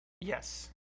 Yes